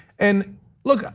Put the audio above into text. and look,